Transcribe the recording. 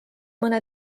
mõne